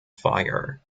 fire